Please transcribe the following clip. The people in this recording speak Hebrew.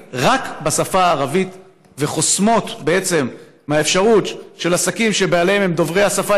רק בשפה הערבית וחוסמות בעצם מעסקים שבעליהם הם דוברי השפה